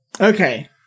Okay